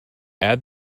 add